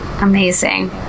Amazing